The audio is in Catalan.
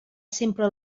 sempre